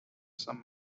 some